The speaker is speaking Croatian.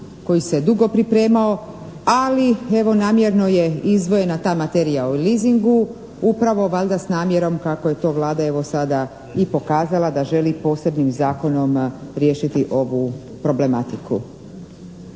koji se dugo pripremao, ali evo namjerno je izdvojena ta materija o leasingu upravo valjda s namjernom kako je to Vlada evo sada i pokazala da želi posebnim zakonom riješiti ovu problematiku.